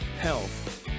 health